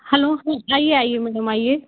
hello आइए आइए madam आइए